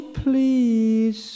please